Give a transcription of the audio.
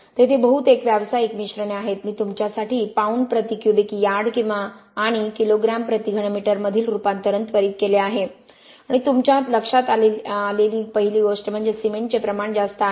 तेथे बहुतेक व्यावसायिक मिश्रणे आहेत मी तुमच्यासाठी पाउंड प्रति क्यूबिक यार्ड आणि किलो ग्राम प्रति घनमीटर मधील रूपांतरण त्वरीत केले आहे आणि तुमच्या लक्षात आलेली पहिली गोष्ट म्हणजे सिमेंटचे प्रमाण जास्त आहे